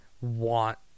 want